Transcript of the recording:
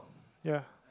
ya